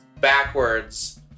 backwards